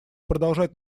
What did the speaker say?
продолжать